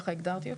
ככה הגדרתי אותם,